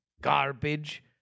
garbage